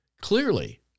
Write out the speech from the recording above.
clearly